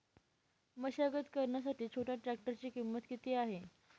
मशागत करण्यासाठी छोट्या ट्रॅक्टरची किंमत किती आहे?